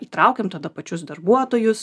įtraukiam tada pačius darbuotojus